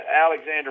Alexander